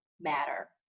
matter